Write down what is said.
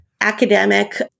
academic